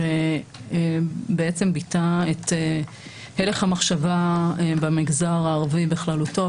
שבעצם ביטא את הלך המחשבה במגזר הערבי בכללותו,